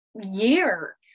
year